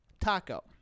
taco